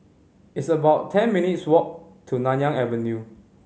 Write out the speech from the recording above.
it's about ten minutes' walk to Nanyang Avenue